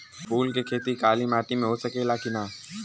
फूल के खेती काली माटी में हो सकेला की ना?